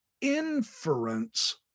inference